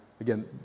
again